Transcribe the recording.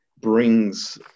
brings